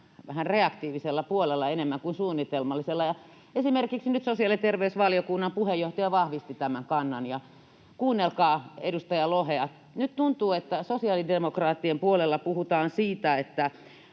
vähän reaktiivisella puolella enemmän kuin suunnitelmallisella. Esimerkiksi nyt sosiaali- ja terveysvaliokunnan puheenjohtaja vahvisti tämän kannan, ja kuunnelkaa edustaja Lohea. Nyt tuntuu, että sosiaalidemokraattien puolella puhutaan siitä, että